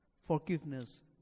Forgiveness